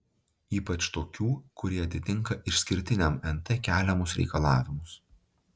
ypač tokių kurie atitinka išskirtiniam nt keliamus reikalavimus